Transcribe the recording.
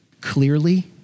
clearly